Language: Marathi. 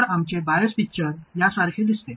तर आमचे बायस पिक्चर यासारखे दिसते